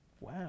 Wow